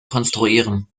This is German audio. konstruieren